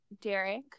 Derek